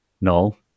null